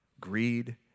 greed